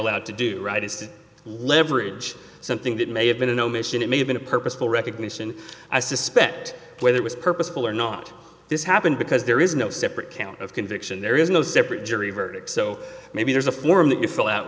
allowed to do it is to leverage something that may have been an omission it may have been a purposeful recognition i suspect whether it was purposeful or not this happened because there is no separate count of conviction there is no separate jury verdict so maybe there's a form that you fill out